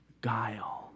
guile